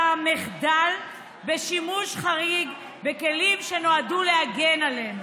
מחדל ושימוש חריג בכלים שנועדו להגן עלינו?